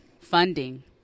funding